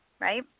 right